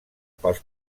pels